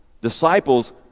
disciples